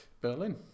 Berlin